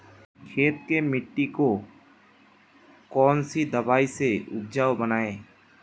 खेत की मिटी को कौन सी दवाई से उपजाऊ बनायें?